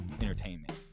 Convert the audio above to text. entertainment